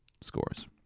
scores